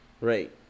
right